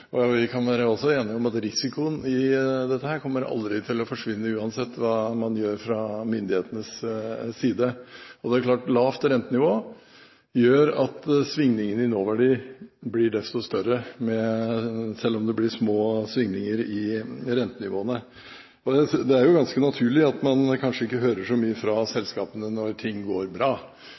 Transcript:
og vi kan også være enige om at risikoen i dette aldri kommer til å forsvinne, uansett hva man gjør fra myndighetenes side. Det er klart at lavt rentenivå gjør at svingninger i nåverdi blir desto større selv om det blir små svingninger i rentenivåene. Det er ganske naturlig at man kanskje ikke hører så mye fra selskapene når ting går bra,